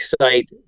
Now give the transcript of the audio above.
site